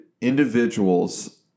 individuals